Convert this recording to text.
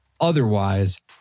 Otherwise